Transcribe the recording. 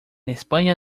españa